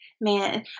man